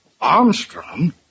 Armstrong